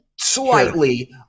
slightly